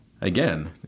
again